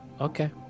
Okay